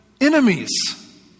enemies